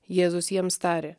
jėzus jiems tarė